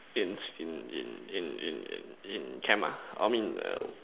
instinct in in in in camp ah I mean err